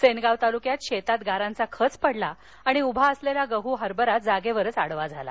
सेनगाव तालुक्यात शेतात गारांचा खच पडला अन उभा असलेला गहु हरभरा जागेवरच आडवा झाला